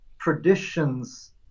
traditions